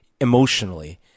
emotionally